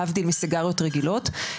להבדיל מסיגריות רגילות.